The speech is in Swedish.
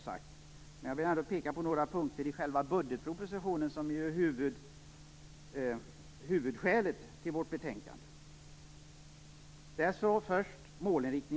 Jag vill ändå peka på några punkter i budgetpropositionen, som ju är huvudskälet till vårt betänkande. Målinriktningen slås först fast.